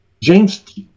James